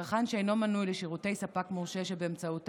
צרכן שאינו מנוי על שירותי ספק מורשה שבאמצעותו